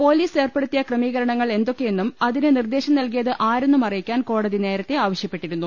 police ഏർപ്പെടുത്തിയ ക്രമീകര ണങ്ങൾ എന്തൊക്കെയെന്നും അതിന് നിർദേശം നൽകിയത് ആരെന്നും അറിയിക്കാൻ കോടതി നേരത്തെ ആവശ്യപ്പെട്ടിരുന്നു